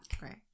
Right